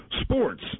Sports